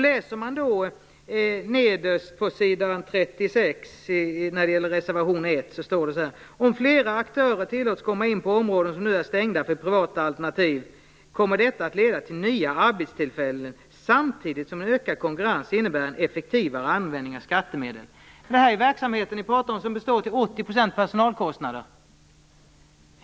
Läser man nederst på s. 36 i reservation 1 ser man att det står: "Om flera aktörer tillåts komma in på områden som nu är stängda för privata alternativ kommer detta att leda till nya arbetstillfällen samtidigt som ökad konkurrens innebär en effektivare användning av skattemedel." De verksamheter ni pratar om består till 80 % av personalkostnader.